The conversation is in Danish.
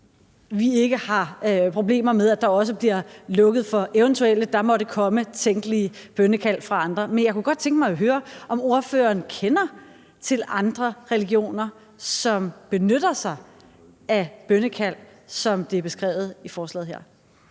har problemer med, at der også bliver lukket for eventuelle tænkelige bønnekald, der måtte komme fra andre. Men jeg kunne godt tænke mig at høre, om ordføreren kender til andre religioner, som benytter sig af bønnekald, som det er beskrevet i forslaget her